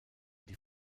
die